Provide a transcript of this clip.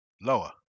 Lower